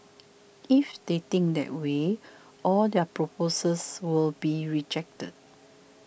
if they think that way all their proposals will be rejected